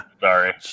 Sorry